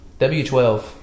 W12